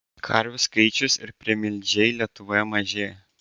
karvių skaičius ir primilžiai lietuvoje mažėja